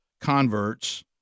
converts